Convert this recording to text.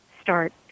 start